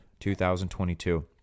2022